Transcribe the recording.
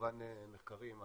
וכמובן מחקרים.